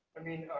i mean,